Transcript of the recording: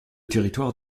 territoire